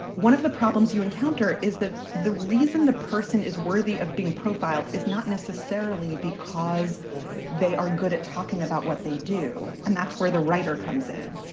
one of the problems you encounter is that the reason the person is worthy of being profiled is not necessarily because they are good at talking about what they do. and that's where the writer comes in.